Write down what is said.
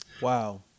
Wow